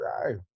Right